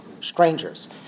Strangers